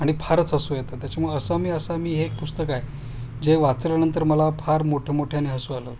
आणि फारच हसू येतं त्याच्यामुळे असा मी असामी हे एक पुस्तक आहे जे वाचल्यानंतर मला फार मोठंमोठ्याने हसू आलं होतं